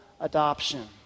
adoption